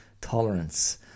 tolerance